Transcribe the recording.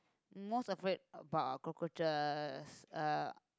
most afraid about cockroaches uh